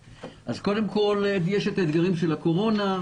קודם כול, יש את האתגרים של הקורונה.